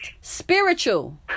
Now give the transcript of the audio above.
spiritual